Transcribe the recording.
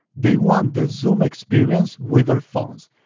they want the zoom experience with their phones.